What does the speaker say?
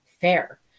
fair